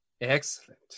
Excellent